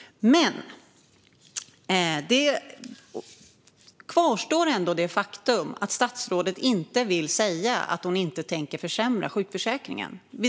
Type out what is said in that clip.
Dock kvarstår det faktum att statsrådet inte vill säga att hon inte tänker försämra sjukförsäkringen.